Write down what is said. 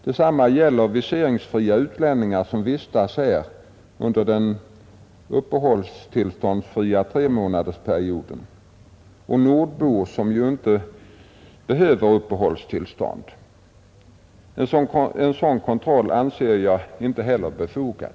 Detsamma gäller viseringsfria utlänningar som vistas här under den uppehållstillståndsfria tremånaderstiden och nordbor som ju inte behöver uppehålls tillstånd. En sådan kontroll anser jag inte heller befogad.